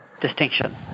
distinction